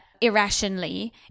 irrationally